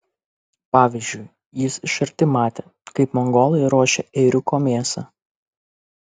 pavyzdžiui jis iš arti matė kaip mongolai ruošia ėriuko mėsą